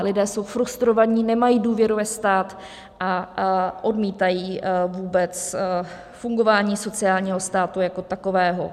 Lidé jsou frustrovaní, nemají důvěru ve stát a odmítají vůbec fungování sociálního státu jako takového.